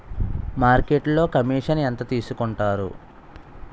మార్కెట్లో కమిషన్ ఎంత తీసుకొంటారు?